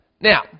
Now